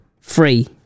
free